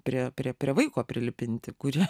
prie prie prie vaiko prilipinti kurie